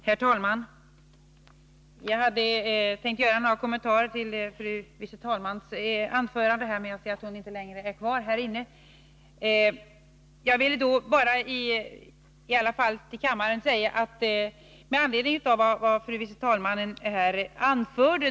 Herr talman! Jag hade tänkt göra några kommentarer till fru förste vice talmannens anförande, men jag ser att hon inte längre är kvar i kammaren. Jag vill då i alla fall säga följande med anledning av vad fru vice talmannen anförde.